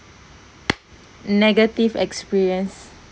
negative experience